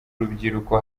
rubyiruko